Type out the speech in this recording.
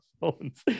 phones